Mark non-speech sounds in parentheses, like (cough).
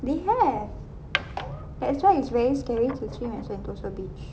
they have (noise) that's why it's very scary to swim at sentosa beach